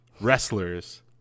wrestlers